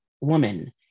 woman